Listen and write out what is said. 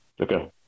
Okay